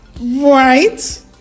Right